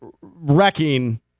Wrecking